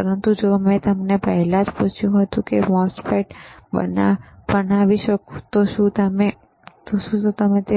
પરંતુ જો મેં તમને પહેલા જ પૂછ્યું કે શું તમે MOSFET બનાવી શકો છો તો શું તમે